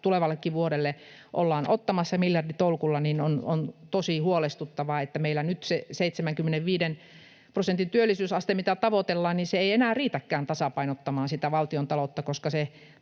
tulevallekin vuodelle ollaan ottamassa miljarditolkulla — tosi huolestuttavaa, että meillä nyt se 75 prosentin työllisyysaste, mitä tavoitellaan, ei enää riitäkään tasapainottamaan valtiontaloutta, koska se